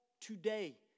today